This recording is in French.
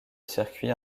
circuit